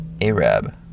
Arab